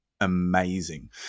amazing